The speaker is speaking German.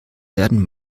werden